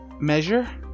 measure